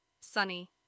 Sunny